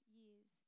years